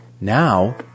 Now